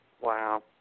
Wow